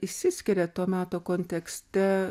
išsiskiria to meto kontekste